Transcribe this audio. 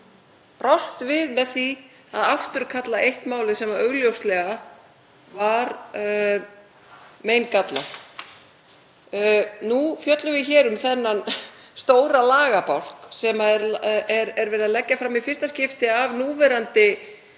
brást við með því að afturkalla eitt málið sem augljóslega var meingallað. Nú fjöllum við um þennan stóra lagabálk sem er verið að leggja fram í fyrsta skipti af núverandi ráðherra